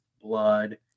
blood